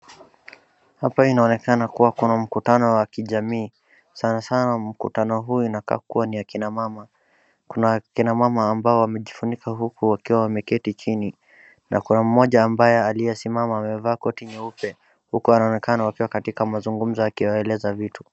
Hapa inaoneka kuwa kuna mkutano wa kijamii, sanasana mkutano huu inakaa kuwa ni akina mama. Kuna akina mama ambao wamejifunika huku wakiwa wameketi chini, na kuna mmoja ambaye aliye simama amevaa koti nyeupe, huku anaonekana wakiwa katika mazungumzo akiwaeleza vitu.